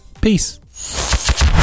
peace